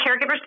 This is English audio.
caregivers